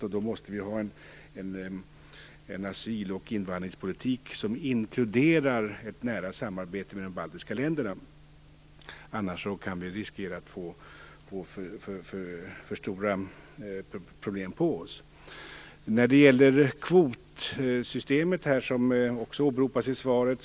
Sverige måste därför ha en asyl och invandringspolitik som inkluderar ett nära samarbete med de baltiska länderna. Annars riskerar vi att få stora problem. Kvotsystemet åberopas också i svaret.